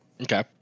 Okay